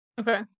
Okay